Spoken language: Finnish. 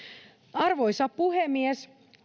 arvoisa puhemies